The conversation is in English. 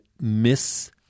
miss